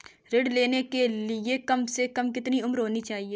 ऋण लेने के लिए कम से कम कितनी उम्र होनी चाहिए?